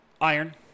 Iron